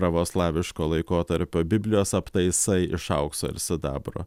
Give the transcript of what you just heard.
pravoslaviško laikotarpio biblijos aptaisai iš aukso ir sidabro